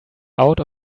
out